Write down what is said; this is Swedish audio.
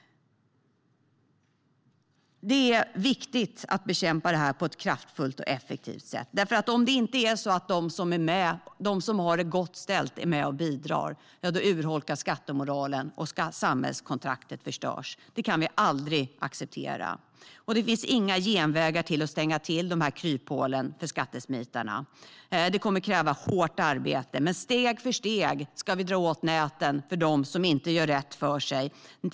Det är viktigt att bekämpa detta på ett kraftfullt och effektivt sätt, därför att om inte de som har det gott ställt är med och bidrar urholkas skattemoralen, och samhällskontraktet förstörs. Det kan vi aldrig acceptera. Det finns inga genvägar till att stänga till dessa kryphål för skattesmitarna. Det kommer att kräva hårt arbete. Men steg för steg ska vi dra åt näten för dem som inte gör rätt för sig.